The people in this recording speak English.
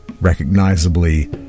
recognizably